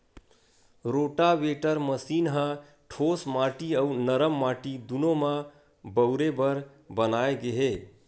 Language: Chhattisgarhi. रोटावेटर मसीन ह ठोस माटी अउ नरम माटी दूनो म बउरे बर बनाए गे हे